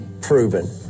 proven